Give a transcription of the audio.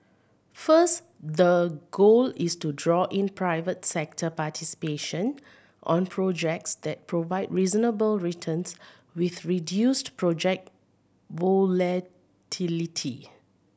first the goal is to draw in private sector participation on projects that provide reasonable returns with reduced project volatility